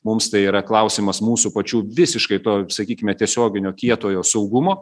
mums tai yra klausimas mūsų pačių visiškai to sakykime tiesioginio kietojo saugumo